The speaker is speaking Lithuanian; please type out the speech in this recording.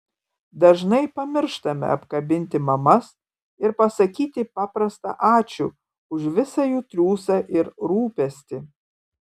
dažnai pamirštame apkabinti mamas ir pasakyti paprastą ačiū už visą jų triūsą ir rūpestį